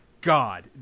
God